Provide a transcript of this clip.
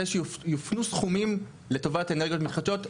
שיופנו סכומים לטובת אנרגיות מתחדשות,